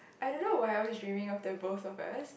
I don't know why I always dreaming of that both of us